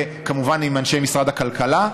כמובן עם אנשי משרד הכלכלה.